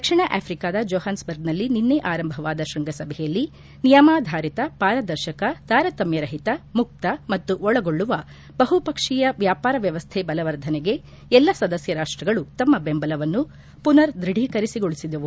ದಕ್ಷಿಣ ಆಫ್ರಿಕಾದ ಜೋಹಾನ್ಬರ್ಗ್ನಲ್ಲಿ ನಿನ್ನೆ ಆರಂಭವಾದ ಶೃಂಗಸಭೆಯಲ್ಲಿ ನಿಯಮಾಧಾರಿತ ಪಾರದರ್ಶಕ ತಾರತಮ್ದರಹಿತ ಮುಕ್ತ ಮತ್ತು ಒಳಗೊಳ್ಳುವ ಬಹುಪಕ್ಷೀಯ ವ್ಯಾಪಾರ ವ್ಯವಸ್ಥೆ ಬಲವರ್ಧನೆಗೆ ಎಲ್ಲ ಸದಸ್ಕ ರಾಷ್ವಗಳು ತಮ್ಮ ಬೆಂಬಲವನ್ನು ಪುನರ್ ದೃಢೀಕರಣಗೊಳಿಸಿದವು